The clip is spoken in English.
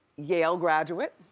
yale graduate.